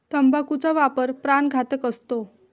तंबाखूचा वापर प्राणघातक असतो